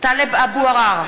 טלב אבו עראר,